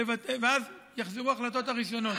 ואז יחזרו ההחלטות הראשונות.